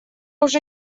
уже